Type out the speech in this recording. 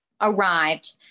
arrived